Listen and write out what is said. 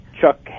chuck